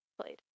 played